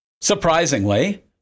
Surprisingly